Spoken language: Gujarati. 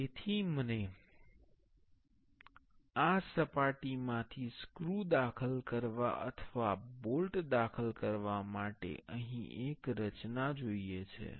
તેથી મને આ સપાટીમાથી સ્ક્રુ દાખલ કરવા અથવા બોલ્ટ દાખલ કરવા માટે અહીં એક રચના જોઈએ છે